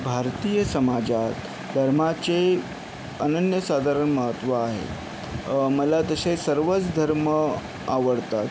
भारतीय समाजात धर्माचे अनन्य साधारण महत्त्व आहे मला तसे सर्वच धर्म आवडतात